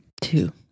Two